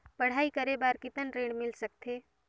पढ़ाई करे बार कितन ऋण मिल सकथे?